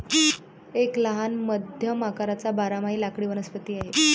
एक लहान मध्यम आकाराचा बारमाही लाकडी वनस्पती आहे